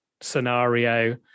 scenario